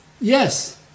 Yes